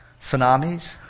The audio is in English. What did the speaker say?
tsunamis